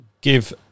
give